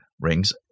rings